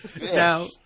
now